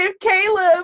Caleb